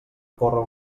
córrer